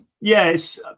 yes